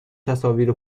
تصاویر